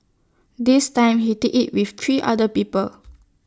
this time he did IT with three other people